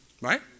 Right